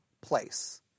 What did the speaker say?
place